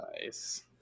nice